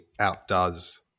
outdoes